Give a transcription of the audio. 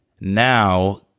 Now